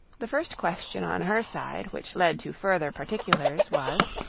the first question on her side, which led to farther particulars, was